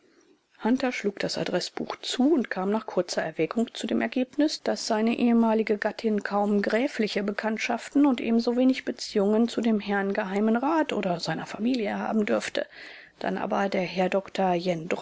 hunter schlug das adreßbuch zu und kam nach kurzer erwägung zu dem ergebnis daß seine ehemalige gattin kaum gräfliche bekanntschaften und ebensowenig beziehungen zu dem herrn geheimen rat oder seiner familie haben dürfte dann aber der herr